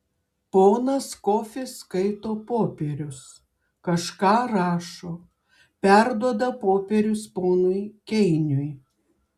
ponas kofis skaito popierius kažką rašo perduoda popierius ponui keiniui